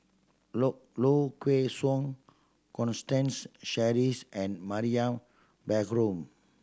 Low Low Kway Song Constance Sheares and Mariam Baharom